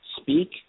speak